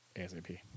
ASAP